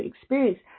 experience